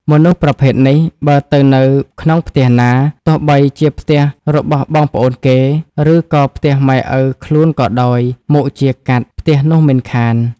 មនុស្សប្រភេទនេះ បើទៅនៅក្នុងផ្ទះណា ទោះបីជាផ្ទះរបស់បងប្អូនគេ ឬក៏ផ្ទះម៉ែឪខ្លួនក៏ដោយ មុខជា «កាត់» ផ្ទះនោះមិនខាន ។